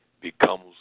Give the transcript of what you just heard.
becomes